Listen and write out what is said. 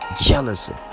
Jealousy